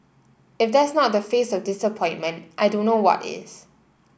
if that's not the face of disappointment I don't know what is